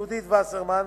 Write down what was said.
יהודית, וסרמן,